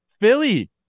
Philly